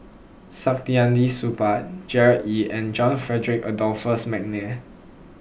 Saktiandi Supaat Gerard Ee and John Frederick Adolphus McNair